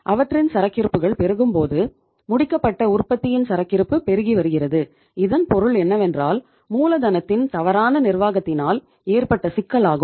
அவற்றின் சரக்கிருப்புகள் பெருகும்போது முடிக்கப்பட்ட உற்பத்தியின் சரக்கிருப்பு பெருகிவருகிறது இதன் பொருள் என்னவென்றால் மூலதனத்தின் தவறான நிர்வாகத்தினால் ஏற்பட்ட சிக்கல் ஆகும்